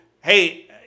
hey